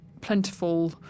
plentiful